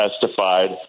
testified